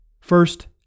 First